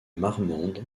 marmande